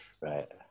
Right